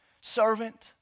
Servant